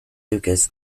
lukas